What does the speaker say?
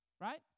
Right